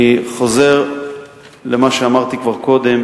אני חוזר למה שאמרתי קודם,